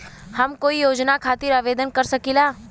हम कोई योजना खातिर आवेदन कर सकीला?